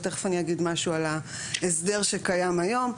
ותיכף אני אגיד משהו על ההסדר שקיים היום.